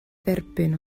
dderbyn